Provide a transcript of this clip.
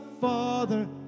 Father